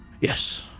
Yes